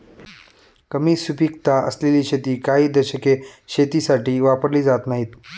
कमी सुपीकता असलेली शेती काही दशके शेतीसाठी वापरली जात नाहीत